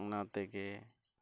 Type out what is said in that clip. ᱚᱱᱟ ᱛᱮᱜᱮ